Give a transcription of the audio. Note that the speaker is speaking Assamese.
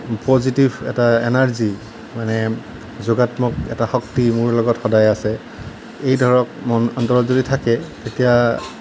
পজিটিভ এটা এনাৰ্জি মানে এটা যোগাত্মক এটা শক্তি মোৰ লগত সদায় আছে এই ধৰক মন অন্তৰত যদি থাকে তেতিয়া